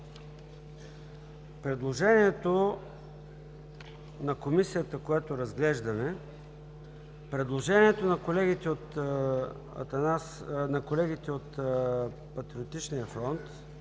предложението на Комисията, която разглеждаме, предложението на колегите от Патриотичния фронт